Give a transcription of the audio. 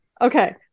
Okay